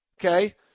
Okay